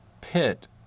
pit